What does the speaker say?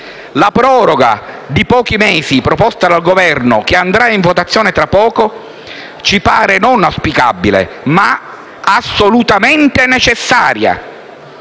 La proroga di pochi mesi, proposta dal Governo, che andrà in votazione tra poco, ci pare non auspicabile, ma assolutamente necessaria.